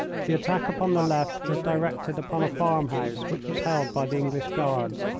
the attack upon the left was directed upon a farm-house which was held by the english guards,